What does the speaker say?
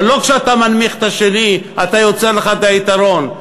אבל לא כשאתה מנמיך את השני אתה יוצר לך את היתרון.